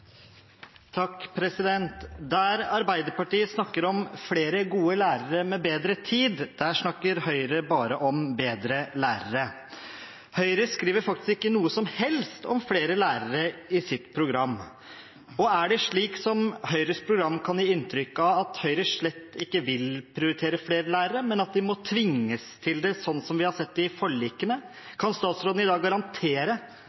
Der Arbeiderpartiet snakker om flere gode lærere med bedre tid, snakker Høyre bare om bedre lærere. Høyre skriver faktisk ikke noe som helst om flere lærere i sitt program. Er det slik som Høyres program kan gi inntrykk av, at Høyre slett ikke vil prioritere flere lærere, men at de må tvinges til det, sånn som vi har sett i forlikene? Kan statsråden i